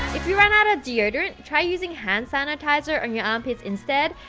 if you run out of deodorant, try using hand sanitiser, on your armpits instead,